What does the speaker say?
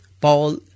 Paul